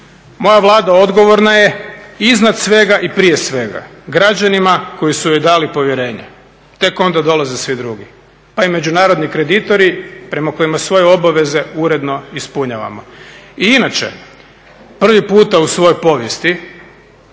Moja Vlada odgovorna je iznad svega i prije svega građanima koji su joj dali povjerenje, tek onda dolaze svi drugi, pa i međunarodni kreditori prema kojima svoje obaveze uredno ispunjavamo. I inače prvi puta u svojoj povijesti,